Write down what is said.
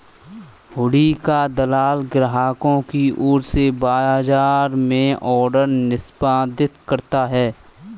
हुंडी का दलाल ग्राहकों की ओर से बाजार में ऑर्डर निष्पादित करता है